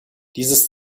dieses